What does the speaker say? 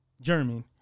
German